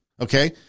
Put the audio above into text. Okay